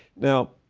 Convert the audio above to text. now,